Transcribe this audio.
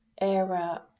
era